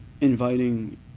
inviting